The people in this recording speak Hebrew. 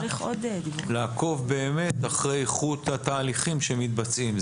לעקוב באמת אחרי איכות התהליכים שמתבצעים.